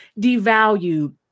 devalued